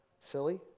Silly